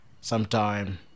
sometime